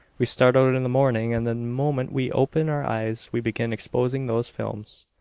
we start out in the morning and the moment we open our eyes we begin exposing those films.